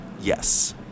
Yes